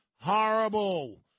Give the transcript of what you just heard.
horrible